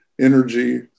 energy